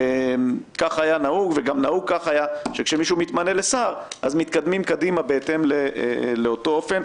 כך היה נהוג גם שכשמישהו מתמנה לשר אז מתקדמים קדימה לאותו אופן.